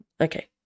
Okay